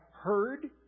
heard